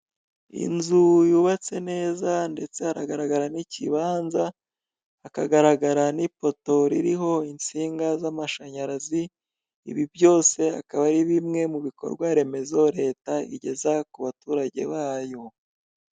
Inzu yubatse neza ndetse hagaragara n'ikibanza, hakagaragara n'ipoto ririho insinga z'amashanyarazi, ibi byose akaba ari bimwe mu bikorwa remezo Leta igeza ku baturage bayo.